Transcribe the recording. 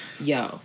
Yo